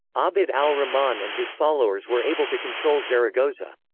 abd al-rahman and his followers were able to control zaragoza.